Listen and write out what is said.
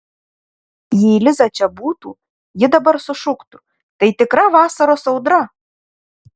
jei liza čia būtų ji dabar sušuktų tai tikra vasaros audra